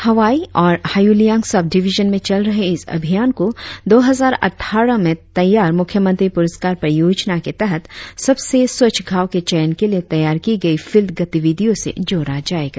हवाई और Hayuliang sub division में चल रहे इस अभियान को दो हजार अट्ठारह में तैयार मुख्यमंत्री पुरस्कार परियोजना के तहत सबसे स्वच्छ गांव के चयन के लिए तैयार की गई फिल्ड गतिविधियों से जोड़ा जाएगा